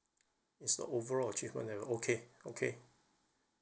it's not overall achievement and okay okay